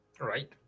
right